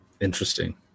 Interesting